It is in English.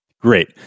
Great